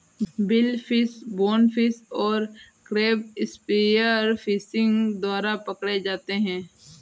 billfish, bonefish और crab spear fishing द्वारा पकड़े जाते हैं